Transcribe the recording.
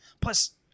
Plus